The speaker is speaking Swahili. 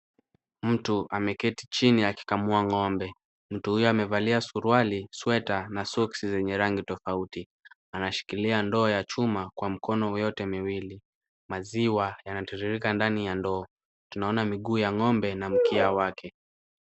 Mtu ameketi chini akikamua ng'ombe. Mtu huyo amevalia suruali, sweta, na soksi zenye rangi tofauti. Anashikilia ndoo ya chuma kwa mkono yote miwili. Maziwa yanatiririka ndani ya ndoo. Tunaona miguu ya ng'ombe na mkia wake.